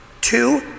Two